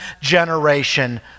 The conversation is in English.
generation